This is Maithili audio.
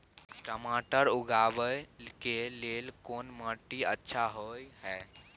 टमाटर उगाबै के लेल कोन माटी अच्छा होय है?